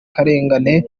karengane